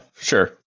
sure